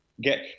get